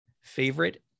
Favorite